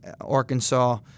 Arkansas